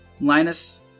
Linus